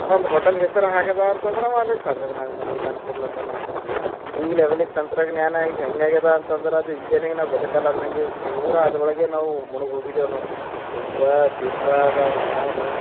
ಒಂದು ಹೋಟೆಲ್ ಹೆಸರು ಹಾಕ್ಯದ ಅಂತಂದ್ರೆ ಅವ ಅಲ್ಲಿಗೆ ತಂದವ್ನನ್ನ ಮನೆಗ್ ತಂದು ಕೊಡ್ಲತ್ತನ ಈ ಲೆವೆಲಿಗೆ ತಂತ್ರಜ್ಞಾನ ಈಗ ಹೇಗಾಗ್ಯದ ಅಂತಂದರೆ ಅದು ಇಲ್ದೇನೆ ನಾವು ಬದುಕಲ್ಲ ಅಂದಂಗೆ ಪೂರ ಅದರೊಳಗೆ ನಾವು ಮುಳುಗಿ ಹೋಗಿದೇವೆ ನಾವು ಉಂಬದು ತಿಂಬದು ಅವ್ನಾಳನೀ